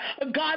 God